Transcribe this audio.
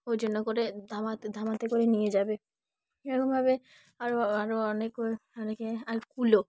ওই জন্য করে ধামাতে ধামাতে করে নিয়ে যাবে এরকমভাবে আরও আরও অনেক অনেকে আর কুলো